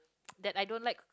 that I don't like